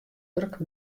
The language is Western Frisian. wurk